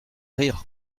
rire